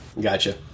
gotcha